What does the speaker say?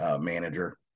manager